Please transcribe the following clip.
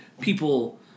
people